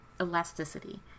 elasticity